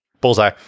Bullseye